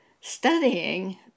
studying